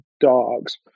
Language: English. dogs